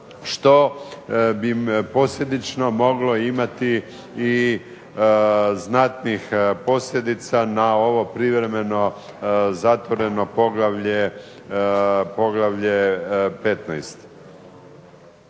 što bi posljedično moglo imati i znatnih posljedica na ovo privremeno zatvoreno poglavlje 15.